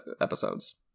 episodes